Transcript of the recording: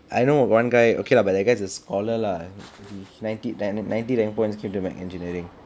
I know got one guy but okay lah but that guy's a scholar lah nineteen ten and nineteen ten point mechanical engineering